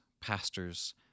pastors